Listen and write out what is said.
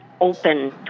open